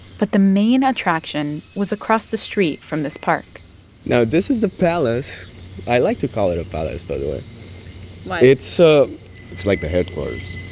but the main attraction was across the street from this park now, this is the palace i like to call it a palace, by the way why? it's so it's like the headquarters